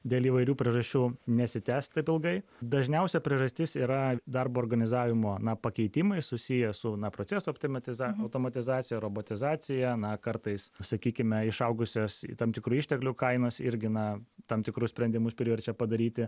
dėl įvairių priežasčių nesitęs taip ilgai dažniausia priežastis yra darbo organizavimo pakeitimai susiję su na procesų optimiza automatizacija robotizacija na kartais sakykime išaugusias tam tikrų išteklių kainos irgi na tam tikrus sprendimus priverčia padaryti